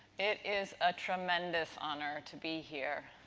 it is a tremendous honor to be here.